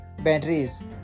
batteries